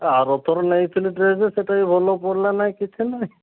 ଆରଥର ନେଇଥିଲି ଡ୍ରେସ ସେଇଟାବି ଭଲ ପଡ଼ିଲାନାଇ କିଛି ନାହିଁ